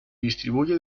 distribuye